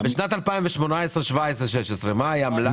בשנים 2016, 2017 ו-2018 מה היה המלאי?